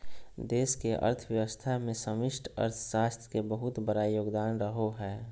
देश के अर्थव्यवस्था मे समष्टि अर्थशास्त्र के बहुत बड़ा योगदान रहो हय